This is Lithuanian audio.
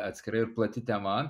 atskira ir plati tema